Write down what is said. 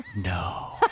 no